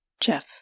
Jeff